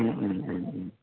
ഉം ഉം ഉം ഉം